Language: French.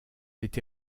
été